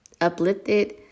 uplifted